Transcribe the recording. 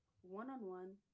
one-on-one